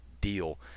deal